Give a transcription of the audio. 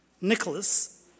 Nicholas